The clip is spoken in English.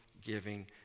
giving